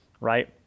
right